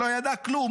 שלא ידע כלום,